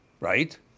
right